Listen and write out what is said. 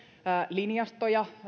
linjastoja